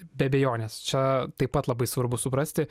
be abejonės čia taip pat labai svarbu suprasti